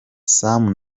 sam